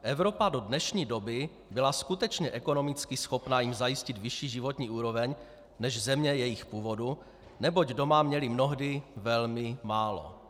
Evropa do dnešní doby byla skutečně ekonomicky schopna jim zajistit vyšší životní úroveň než země jejich původu, neboť doma měli mnohdy velmi málo.